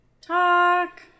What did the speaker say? talk